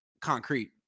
concrete